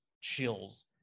chills